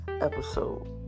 episode